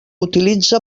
utilitza